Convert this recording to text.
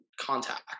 contact